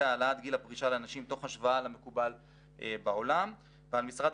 העלאת גיל הפרישה לנשים תוך השוואה למקובל בעולם ועל משרד